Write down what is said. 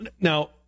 Now